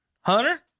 Hunter